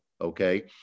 Okay